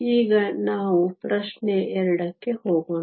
ಈಗ ನಾವು ಪ್ರಶ್ನೆ 2 ಕ್ಕೆ ಹೋಗೋಣ